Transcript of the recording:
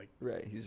Right